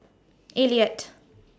Elliott